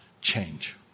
change